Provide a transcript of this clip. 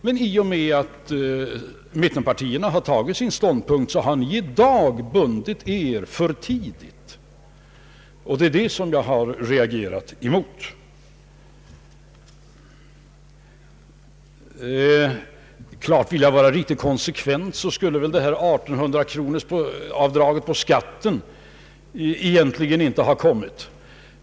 Men i och med att mittenpartierna tagit sin ståndpunkt, har ni i dag bundit er för tidigt, vilket jag har reagerat mot. Ville jag vara riktigt konsekvent, skulle detta 1 800-kronorsavdrag på skatten egentligen inte ha tillkommit.